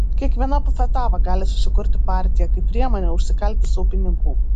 kiekviena bufetava gali susikurti partiją kaip priemonę užsikalti sau pinigų